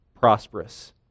prosperous